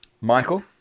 Michael